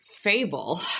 fable